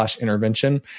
intervention